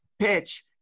PITCH